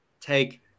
take